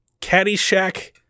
Caddyshack